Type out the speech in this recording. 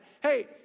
hey